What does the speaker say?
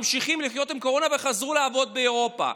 ממשיכים לחיות עם קורונה, וחזרו לעבוד באירופה.